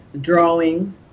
drawing